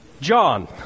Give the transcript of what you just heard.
John